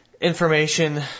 information